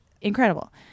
incredible